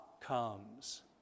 comes